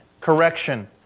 correction